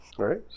right